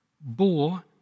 bore